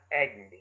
agony